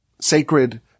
sacred